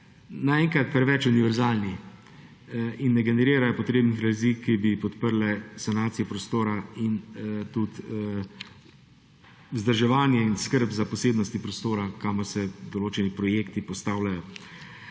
naenkrat preveč univerzalni in ne generirajo potrebnih razlik, ki bi podprle sanacijo prostora in vzdrževanje in skrb za posebnosti prostora, kamor se določeni projekti postavljajo.